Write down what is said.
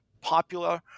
popular